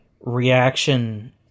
reaction